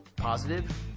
positive